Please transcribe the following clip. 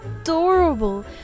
adorable